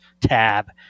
tab